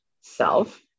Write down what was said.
self